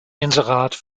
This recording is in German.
inserat